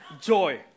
Joy